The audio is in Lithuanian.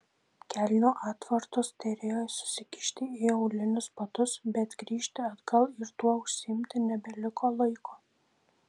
kelnių atvartus derėjo susikišti į aulinius batus bet grįžti atgal ir tuo užsiimti nebeliko laiko